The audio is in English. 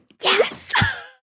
yes